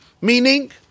Meaning